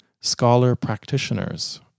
scholar-practitioners